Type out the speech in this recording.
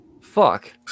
Fuck